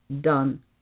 done